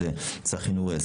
זה צחי נוריאל,